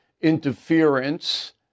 interference